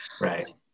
right